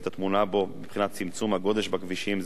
מבחינת צמצום הגודש בכבישים וזיהום האוויר.